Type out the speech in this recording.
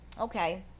okay